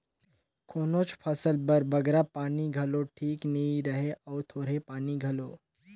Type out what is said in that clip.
कोनोच फसिल बर बगरा पानी घलो ठीक नी रहें अउ थोरहें पानी घलो